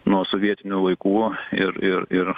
nuo sovietinių laikų ir ir ir